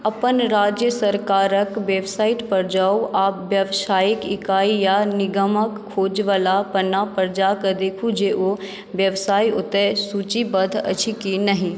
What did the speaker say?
अपन राज्य सरकारक वेबसाइटपर जाउ आ व्यवसायिक इकाई या निगमक खोजवला पन्नापर जा कऽ देखू जे ओ व्यवसाय ओतय सूचीबद्ध अछि कि नहि